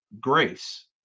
grace